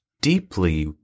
deeply